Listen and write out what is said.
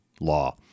law